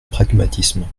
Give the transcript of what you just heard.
pragmatisme